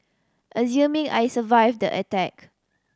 assuming I survived the attack